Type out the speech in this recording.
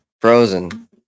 frozen